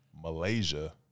Malaysia